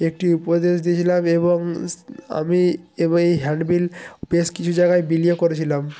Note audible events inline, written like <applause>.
একটি উপদেশ দিয়েছিলাম এবং <unintelligible> আমি <unintelligible> এই হ্যান্ড বিল বেশ কিছু জায়গায় বিলিও করেছিলাম